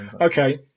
Okay